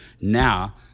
Now